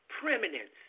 preeminence